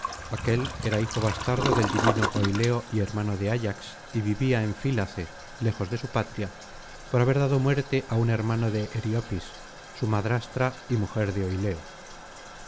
aquél era hijo bastardo del divino oileo y hermano de ayax y vivía en fílace lejos de su patria por haber dado muerte á un hermano de eriopis su madrastra y mujer de oileo